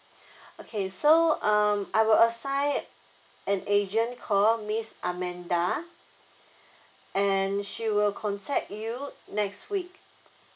okay so um I will assign an agent called miss amanda and she will contact you next week